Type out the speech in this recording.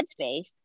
headspace